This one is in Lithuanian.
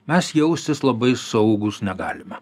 mes jaustis labai saugūs negalime